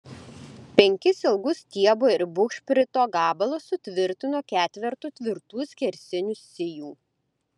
penkis ilgus stiebo ir bugšprito gabalus sutvirtinu ketvertu tvirtų skersinių sijų